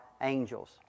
angels